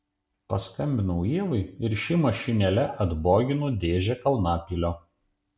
paskambinau ievai ir ši mašinėle atbogino dėžę kalnapilio